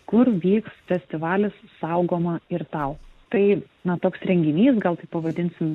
kur vyks festivalis saugoma ir tau tai na toks renginys gal taip pavadinsim